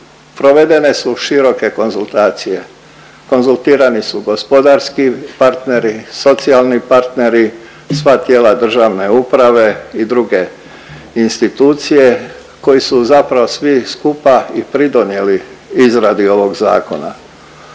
provedene su široke konzultacije. Konzultirani su gospodarski partneri, socijalni partneri, sva tijela državne uprave i druge institucije koji su zapravo svi skupa i pridonijeli izradi ovog zakona.